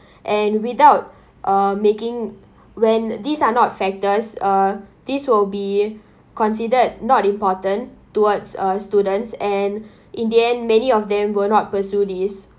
and without uh making when these are not factors uh this will be considered not important towards uh students and in the end many of them will not pursue this